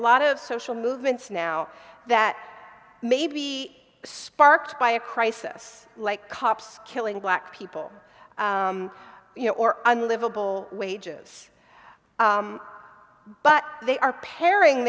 lot of social movements now that may be sparked by a crisis like cops killing black people you know or unlivable wages but they are paring